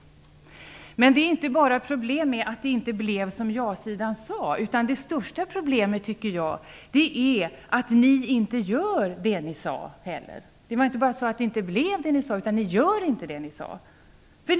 Men problemet är inte bara att det inte blev som man sade från ja-sidan, utan det största problemet i dag är att ni inte heller gör det som ni sade att ni skulle göra. Det är inte bara så att det inte blev som ni sade, ni gör inte heller som ni sade.